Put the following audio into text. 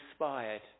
inspired